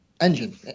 engine